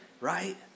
right